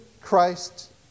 Christ